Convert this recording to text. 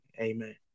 Amen